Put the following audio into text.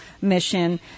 mission